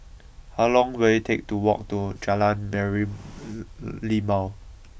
how long will it take to walk to Jalan